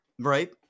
Right